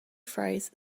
phrase